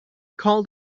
called